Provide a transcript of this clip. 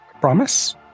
promise